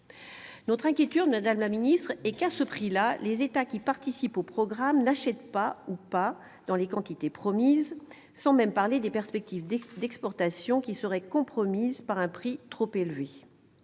Notre inquiétude est que, à ce prix-là, les États participant au programme n'achètent pas, ou pas dans les quantités promises, sans même parler des perspectives d'exportation, qui seraient compromises si le prix se